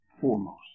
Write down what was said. foremost